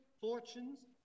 fortunes